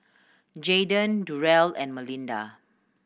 Jaydan Durrell and Melinda